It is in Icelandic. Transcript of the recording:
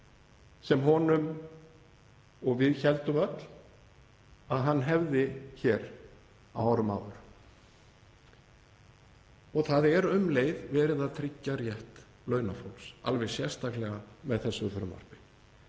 sem við héldum öll að hann hefði hér á árum áður. Það er um leið verið að tryggja rétt launafólks alveg sérstaklega með þessu frumvarpi.